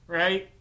right